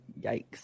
yikes